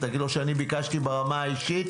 תגיד לו שאני ביקשתי ברמה האישית